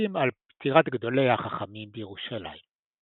בהספדים על פטירת גדולי החכמים בירושלים.